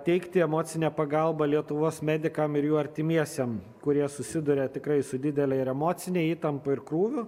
teikti emocinę pagalbą lietuvos medikam ir jų artimiesiem kurie susiduria tikrai su didele ir emocine įtampa ir krūviu